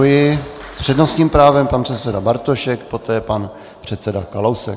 S přednostním právem předseda Bartošek, poté předseda Kalousek.